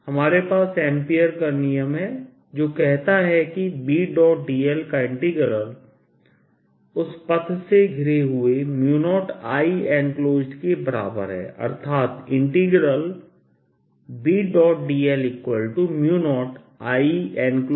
हमारे पास एम्पीयर का नियमAmpere's Law है जो कहता है कि Bdl का इंटीग्रल उस पथ से घिरे हुए 0Ienclosed के बराबर है अर्थात Bdl0Ienclosed